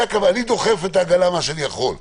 אני דוחף את העגלה כמה שאני יכול.